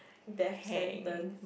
death sentence